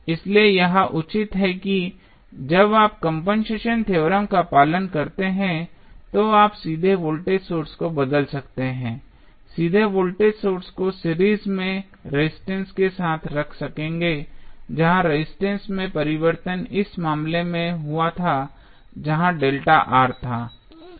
इसलिए यह उचित है कि जब आप कंपनसेशन थ्योरम का पालन करते हैं तो आप सीधे वोल्टेज सोर्स को बदल सकते हैं सीधे वोल्टेज सोर्स को सीरीज में रेजिस्टेंस के साथ रख सकते हैं जहां रेजिस्टेंस में परिवर्तन इस मामले में हुआ था यह ΔR था